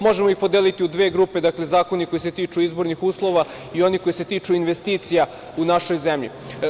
Možemo ih podeliti u dve grupe – zakoni koji se tiču izbornih uslova i oni koji se tiču investicija u našoj zemlji.